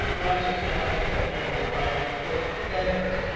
but actually, i don't like that name, right-click edit,